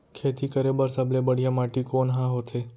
खेती करे बर सबले बढ़िया माटी कोन हा होथे?